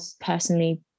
personally